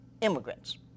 immigrants